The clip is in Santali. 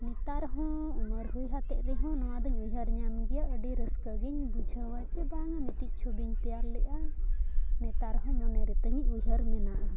ᱱᱮᱛᱟᱨ ᱦᱚᱸ ᱩᱢᱟᱹᱨ ᱦᱩᱭ ᱠᱟᱛᱮᱫ ᱨᱮᱦᱚᱸ ᱱᱚᱣᱟᱫᱚᱧ ᱩᱭᱦᱟᱹᱨ ᱧᱟᱢ ᱜᱮᱭᱟ ᱟᱹᱰᱤ ᱨᱟᱹᱥᱠᱟᱹᱜᱤᱧ ᱵᱩᱡᱷᱟᱹᱣᱟ ᱡᱮ ᱵᱟᱝᱼᱟ ᱢᱤᱫᱴᱤᱡ ᱪᱷᱚᱵᱤᱧ ᱛᱮᱭᱟᱨ ᱞᱮᱜᱼᱟ ᱱᱮᱛᱟᱨ ᱦᱚᱸ ᱢᱚᱱᱮ ᱨᱮᱛᱤᱧ ᱩᱭᱦᱟᱹᱨ ᱢᱮᱱᱟᱜᱼᱟ